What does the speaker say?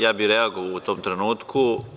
Ja bih reagovao u tom trenutku.